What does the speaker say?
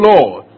Lord